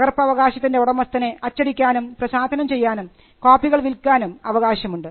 പകർപ്പവകാശത്തിൻറെ ഉടമസ്ഥന് അച്ചടിക്കാനും പ്രസാധനം ചെയ്യാനും കോപ്പികൾ വിൽക്കാനും അവകാശമുണ്ട്